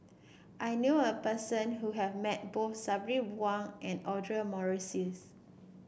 I knew a person who have met both Sabri Buang and Audra Morrice